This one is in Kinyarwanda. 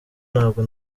ntabwo